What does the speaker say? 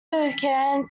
began